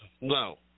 No